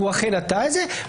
והוא אכן עטה את זה,